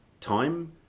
time